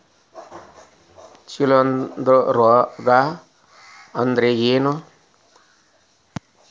ಶಿಲೇಂಧ್ರ ರೋಗಾ ಅಂದ್ರ ಏನ್?